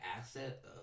asset